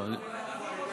זה לא נאמר פה.